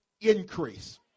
increase